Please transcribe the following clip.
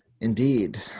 Indeed